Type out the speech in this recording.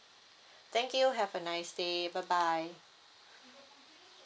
thank you have a nice day bye bye